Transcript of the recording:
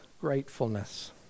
gratefulness